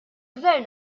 gvern